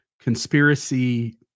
conspiracy